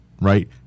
right